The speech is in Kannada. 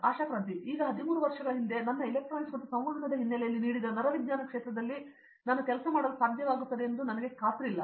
ಆಶಾ ಕೃಂತಿ ಈಗ ಮತ್ತು 13 ವರ್ಷಗಳ ಹಿಂದೆ ನನ್ನ ಎಲೆಕ್ಟ್ರಾನಿಕ್ಸ್ ಮತ್ತು ಸಂವಹನದ ಹಿನ್ನೆಲೆಯಲ್ಲಿ ನೀಡಿದ ನರವಿಜ್ಞಾನ ಕ್ಷೇತ್ರದಲ್ಲಿ ನಾನು ಕೆಲಸ ಮಾಡಲು ಸಾಧ್ಯವಾಗುತ್ತದೆ ಎಂದು ನನಗೆ ಖಾತ್ರಿಯಿಲ್ಲ